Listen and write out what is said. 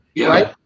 right